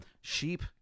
sheep